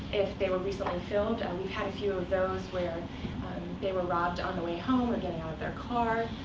if they were recently filled. and we've had a few of those, where they were robbed on the way home, or getting out of their car.